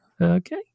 okay